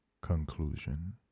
Conclusion